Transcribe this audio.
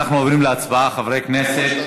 אנחנו עוברים להצבעה, חברי הכנסת.